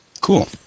Cool